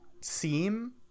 seem